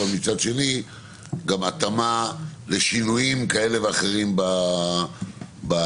ומצד שני גם התאמה לשינויים כאלה ואחרים בהלוואה.